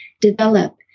develop